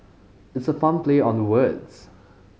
it's a fun play on the words